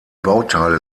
bauteile